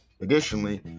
Additionally